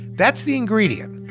that's the ingredient.